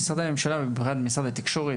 משרדי הממשלה ובפרט משרד התקשורת,